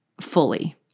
fully